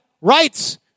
Rights